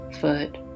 foot